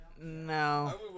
No